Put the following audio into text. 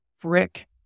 brick